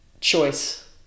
choice